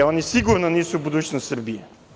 Oni sigurno nisu budućnost Srbije.